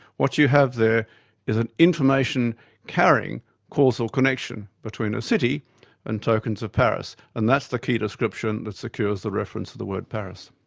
what you have there is an information carrying causal connection between a city and tokens of paris, and that's the key description that secures the reference of the word paris.